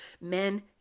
Men